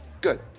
Good